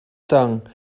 tongue